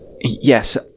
yes